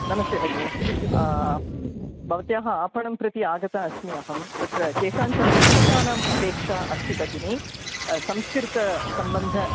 नमस्ते भगिनि भवत्याः आपणं प्रति आगता अस्मि अहं तत्र केषाञ्चन पुस्तकानाम् अपेक्षा अस्ति भगिनि संस्कृत सम्बन्ध